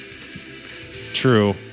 True